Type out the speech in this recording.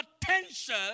potential